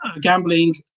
gambling